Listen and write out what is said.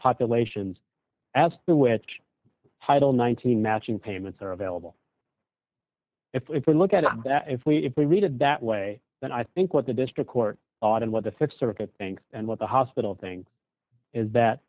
populations as to which title nineteen matching payments are available if we look at that if we if we read it that way then i think what the district court ought and what the six circuit think and what the hospital thing is